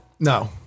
No